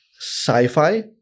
sci-fi